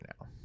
now